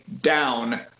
down